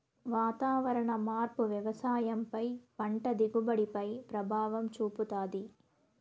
వాతావరణ మార్పు వ్యవసాయం పై పంట దిగుబడి పై ప్రభావం చూపుతాది